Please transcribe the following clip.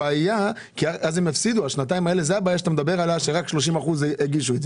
זאת הבעיה עליה אתה מדבר שרק 30 אחוזים הגישו.